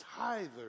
tithers